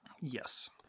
Yes